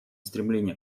стремление